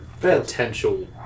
potential